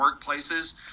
workplaces